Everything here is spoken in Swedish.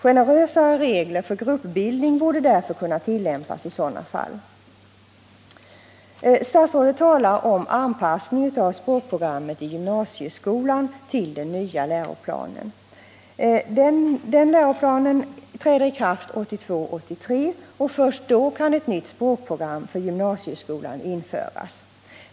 Generösare regler för gruppbildning borde därför kunna tillämpas i sådana fall. Statsrådet talar om anpassningen av språkprogrammet i gymnasieskolan tillden nya läroplanen. Denna läroplan träder i kraft 1982/83, och först då kan ett nytt språkprogram för gymnasieskolan införas.